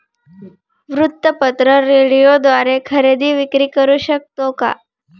वृत्तपत्र, रेडिओद्वारे खरेदी विक्री करु शकतो का?